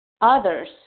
others